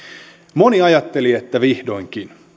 moni ajatteli että vihdoinkin